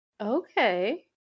Okay